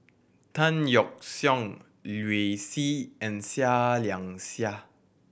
Tan Yeok Seong Liu Si and Seah Liang Seah